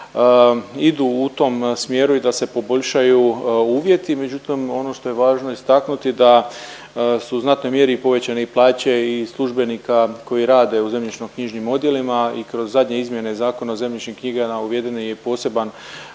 idu u tom smjeru i da se poboljšaju uvjeti, međutim, ono što je važno istaknuti, da su u znatnoj mjeri i povećane i plaće i službenika koji rade u zemljišno-knjižnim odjelima i kroz zadnje izmjene Zakona o zemljišnim .../Govornik se